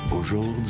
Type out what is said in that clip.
aujourd'hui